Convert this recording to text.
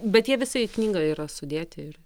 bet jie visi į knygą yra sudėti ir